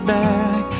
back